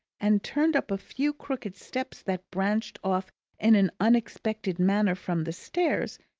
and turned up a few crooked steps that branched off in an unexpected manner from the stairs,